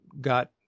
got